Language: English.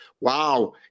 Wow